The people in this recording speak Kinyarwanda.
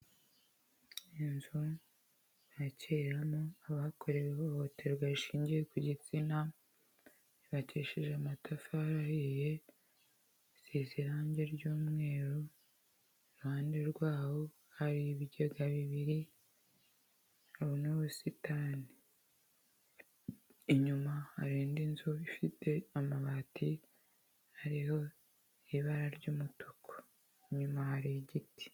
Iyozu bakiririmo abakorewe ihohoterwa rishingiye ku gitsina, yubakishije amatafari ahiye iseze irange ry'umweru, iruhande rwabo hari ibigega bibiribona n' ubusitani, inyuma harinda inzu ifite amabati hariho ibara ry'umutuku inyuma hari igiti.